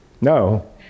No